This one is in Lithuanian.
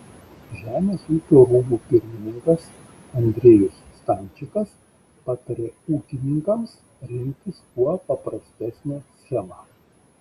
žemės ūkio rūmų pirmininkas andriejus stančikas patarė ūkininkams rinktis kuo paprastesnę schemą